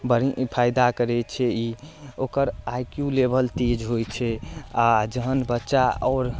बढ़ फायदा करै छै ई ओकर आइ क्यू लेवल तेज होइ छै आओर जहन बच्चा आओर